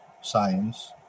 science